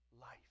life